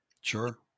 Sure